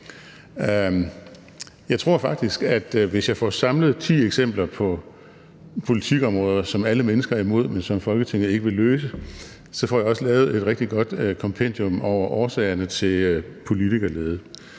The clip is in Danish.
Jeg tror faktisk, at hvis jeg får samlet ti eksempler på politikområder, som alle mennesker er imod, men som Folketinget ikke vil løse, så får jeg også lavet et rigtig godt kompendium over årsagerne til politikerlede.